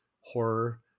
horror